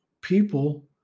people